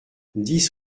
dix